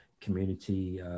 community